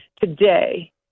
Today